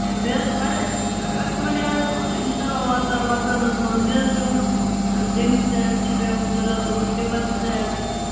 یے مےٚ حِظ چھِ واریاہ ایکچولی آۓ أسۍ اوترٕ انشااللہ وارٕ کارٕ مکانس منٛز مےٚ حَظ چھُ یِم ڈِنگ سیٚٹ چھُ مےٚ یِم ضوٚرتھ یِم یِم لیمن سیٚٹ